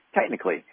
technically